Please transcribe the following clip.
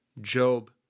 Job